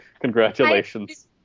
Congratulations